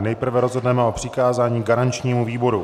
Nejprve rozhodneme o přikázání garančnímu výboru.